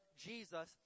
Jesus